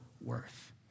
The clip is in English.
worth